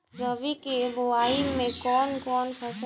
रबी के बोआई मे कौन कौन फसल उगावल जा सकत बा?